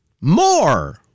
More